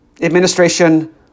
administration